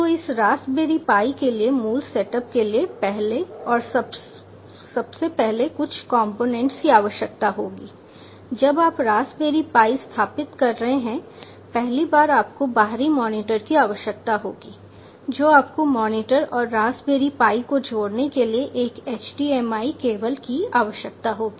तो इस Raspberry Pi के लिए मूल सेटअप के लिए पहले और सबसे पहले कुछ कंपोनेंट्स की आवश्यकता होगी जब आप रास्पबेरी पाई स्थापित कर रहे हैं पहली बार आपको बाहरी मॉनिटर की आवश्यकता होगी जो आपको मॉनिटर और रास्पबेरी पाई को जोड़ने के लिए एक HDMI एचडीएमआई केबल की आवश्यकता होगी